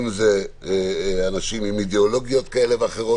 אם זה אנשים עם אידאולוגיות כאלה ואחרות